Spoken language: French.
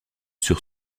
sur